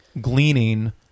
Gleaning